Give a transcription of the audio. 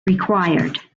required